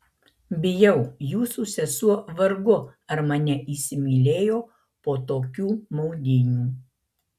bijau jūsų sesuo vargu ar mane įsimylėjo po tokių maudynių